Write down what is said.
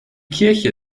kirche